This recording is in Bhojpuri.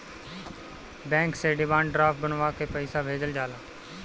बैंक से डिमांड ड्राफ्ट बनवा के पईसा भेजल जाला